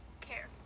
care